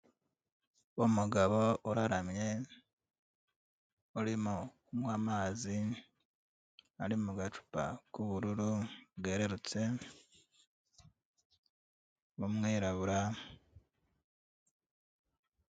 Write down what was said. Umugabo uraramye urimo kunywa amazi ari mu gacupa k'ubururu bwerurutse, w'umwirabura.